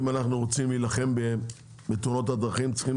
אם אנחנו רוצים בתאונות הדרכים צריכים